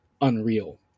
unreal